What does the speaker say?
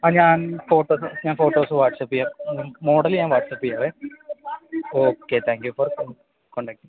ആ ഞാൻ ഫോട്ടോസ് ഞാൻ ഫോട്ടോസ് വാട്സപ്പ് ചെയ്യാം മോഡൽ ഞാൻ വാട്സപ്പ് ചെയ്യാമേ okay thank you for contacting